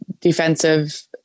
defensive